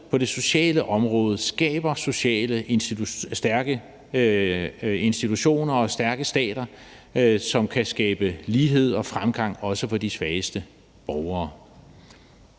på det sociale område skaber stærke institutioner og stærke stater, som kan skabe lighed og fremgang også for de svageste borgere.